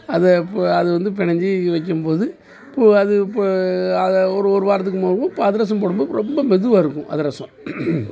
அதை ப அது வந்து பினஞ்சி வைக்கும்போது பு அது பு அதை ஒரு ஒரு வாரத்துக்கு மாவும் இப்போ அதிரசம் போடும்போது ரொம்ப மெதுவாக இருக்கும் அதிரசம்